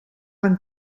van